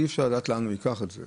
אי-אפשר לדעת לאן הוא ייקח את זה.